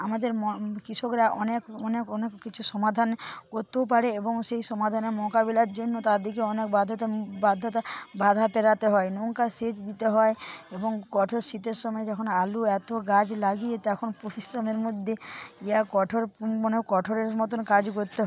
আমাদের মন কৃষকরা অনেক অনেক অনেক কিছু সমাধান করতেও পারে এবং সেই সমাধানের মোকাবেলার জন্য তাদেরকে অনেক বাধ্যতা বাধ্যতা বাঁধা পেরতে হয় নৌকার সেচ দিতে হয় এবং কঠোর শীতের সময় যখন আলু এত গাছ লাগিয়ে তখন পরিশ্রমের মধ্যে ইয়া কঠোর মনে কঠোরের মতন কাজ করতে